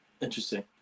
Interesting